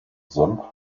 senf